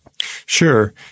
Sure